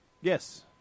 Yes